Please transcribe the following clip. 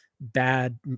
bad